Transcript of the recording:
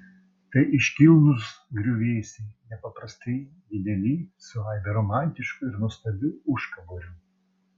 tai iškilnūs griuvėsiai nepaprastai dideli su aibe romantiškų ir nuostabių užkaborių